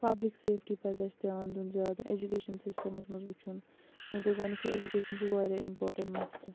public safety پَزِ اسہِ دھیٛان دیٛن زیادٕ ایٚجوکیشَن سِسٹَمَس منٛز وُچھُن مےٚ دوٚپ گۄڈنیٚتھٕے ایٚجوکیشَن چھُ واریاہ اِمپارٹیٚنٛٹ مَسٹہٕ